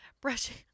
Brushing